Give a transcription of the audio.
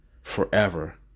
Forever